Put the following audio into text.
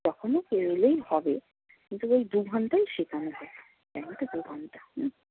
তখনই বেরোলেই হবে কিন্তু ওই দুঘণ্টাই শেখানো হয় টাইমটা দুঘণ্টা হুম